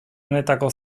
honetako